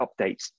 updates